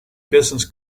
business